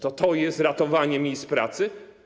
To jest ratowanie miejsc pracy?